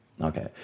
Okay